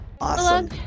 Awesome